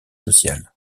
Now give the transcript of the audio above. sociales